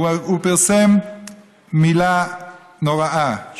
הוא פרסם מילה נוראה,